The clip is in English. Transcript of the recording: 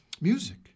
music